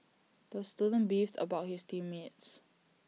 the student beefed about his team mates